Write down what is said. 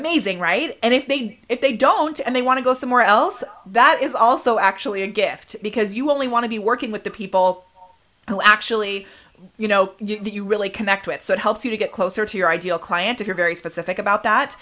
amazing right and if they if they don't and they want to go somewhere else that is also actually a gift because you only want to be working with the people who actually you know you really connect with so it helps you to get closer to your ideal client if you're very specific about that